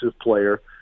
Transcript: player